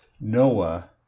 Noah